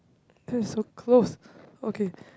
that's so close okay